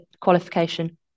qualification